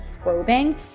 probing